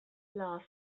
last